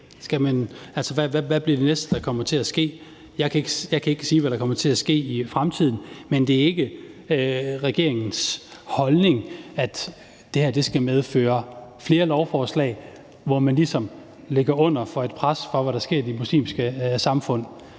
hvad bliver det næste, der kommer til at ske? Jeg kan ikke sige, hvad der kommer til at ske i fremtiden, men det er ikke regeringens holdning, at det her skal medføre flere lovforslag, hvor man ligesom ligger under for et pres fra, hvad der sker i det muslimske samfund.